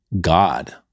God